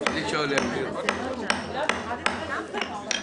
פשוט זו הייתה אוכלוסייה של החצר האחורית של מערכת החינוך.